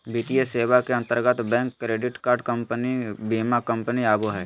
वित्तीय सेवा के अंतर्गत बैंक, क्रेडिट कार्ड कम्पनी, बीमा कम्पनी आवो हय